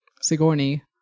Sigourney